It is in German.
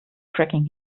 fracking